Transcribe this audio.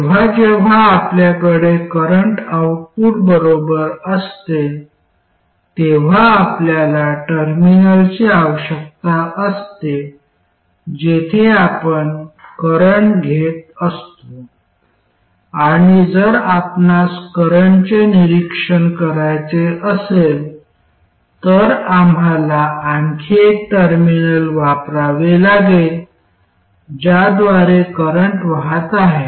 जेव्हा जेव्हा आपल्याकडे करंट आउटपुट बरोबर असते तेव्हा आपल्याला टर्मिनलची आवश्यकता असते जेथे आपण करंट घेत असतो आणि जर आपणास करंटचे निरीक्षण करायचे असेल तर आम्हाला आणखी एक टर्मिनल वापरावे लागेल ज्याद्वारे करंट वाहत आहे